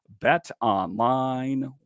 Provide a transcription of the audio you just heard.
BetOnline